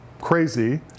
crazy